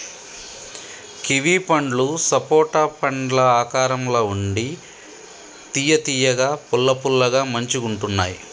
kiwi పండ్లు సపోటా పండ్ల ఆకారం ల ఉండి తియ్య తియ్యగా పుల్ల పుల్లగా మంచిగుంటున్నాయ్